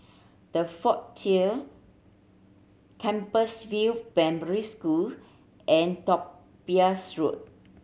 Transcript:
The Frontier Compassvale Primary School and Topaz Road